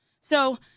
So-